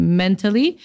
mentally